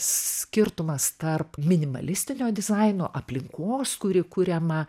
skirtumas tarp minimalistinio dizaino aplinkos kuri kuriama